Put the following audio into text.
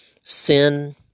sin